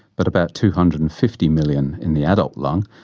but about two hundred and fifty million in the adult lung,